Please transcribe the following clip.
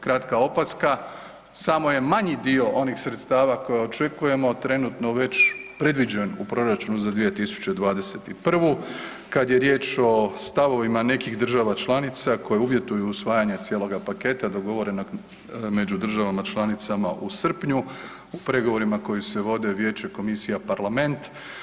Kratka opaska, samo je manji dio onih sredstava koja očekujemo trenutno već predviđen u proračunu za 2021. kada je riječ o stavovima nekih država članica koje uvjetuju usvajanja cijeloga paketa dogovorenog među državama članicama u srpnju u pregovorima koji se vode Vijeće, Komisija, Parlament.